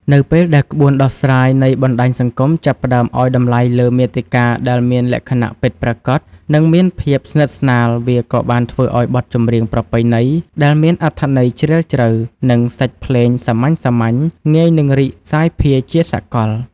នៅពេលដែលក្បួនដោះស្រាយនៃបណ្តាញសង្គម ចាប់ផ្តើមឲ្យតម្លៃលើមាតិកាដែលមានលក្ខណៈពិតប្រាកដ និងមានភាពស្និទ្ធស្នាល វាក៏បានធ្វើឱ្យបទចម្រៀងប្រពៃណី ដែលមានអត្ថន័យជ្រាលជ្រៅ និងសាច់ភ្លេងសាមញ្ញៗ ងាយនឹងរីកសាយភាយជាសកល។